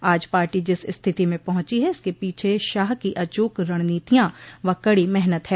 आज पार्टी जिस स्थिति में पहुंची है इसके पीछे शाह की अचूक रणनीतियां व कड़ी मेहनत है